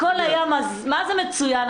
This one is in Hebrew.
הכול היה מה זה מצוין,